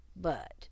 But